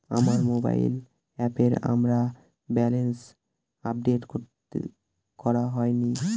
আমার মোবাইল অ্যাপে আমার ব্যালেন্স আপডেট করা হয়নি